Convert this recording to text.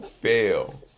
Fail